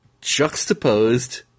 juxtaposed